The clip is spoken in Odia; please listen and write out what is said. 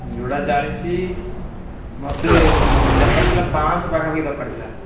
ଯୋଡ଼ା ଚାଳିଶ ମୋତେ ଦରକାର ଥିଲା ପାଞ୍ଚ ଶହ ପାଖା ପାଖି ଦରକାର ଥିଲା